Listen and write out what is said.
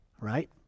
right